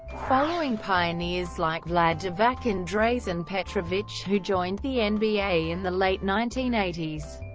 following pioneers like vlade divac and drazen petrovic who joined the and nba in the late nineteen eighty s,